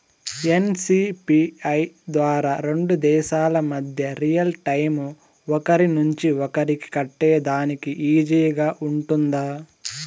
NCPI ద్వారా రెండు దేశాల మధ్య రియల్ టైము ఒకరి నుంచి ఒకరికి కట్టేదానికి ఈజీగా గా ఉంటుందా?